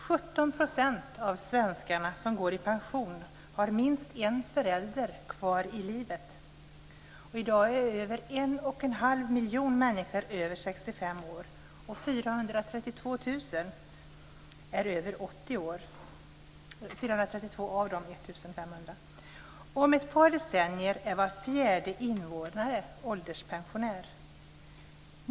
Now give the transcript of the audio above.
17 % av svenskarna som går i pension har minst en förälder kvar i livet. I dag är över 1,5 miljoner människor över 65 år och 432 000 av dessa är över 80 år. Om ett par decennier är var fjärde invånare ålderspensionär.